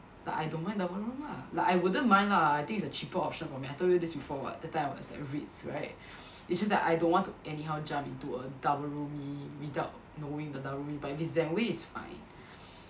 like I don't mind double room ah like I wouldn't mind lah I think is a cheaper option for me I told you this before [what] that time I was at Ritz right it's just that I don't want to anyhow jump into a double roomie without knowing the double roomie but if it's Zeh Wei it's fine